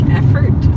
effort